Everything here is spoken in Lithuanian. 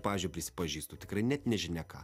pavyzdžiui prisipažįstu tikrai net nežinia ką